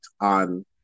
on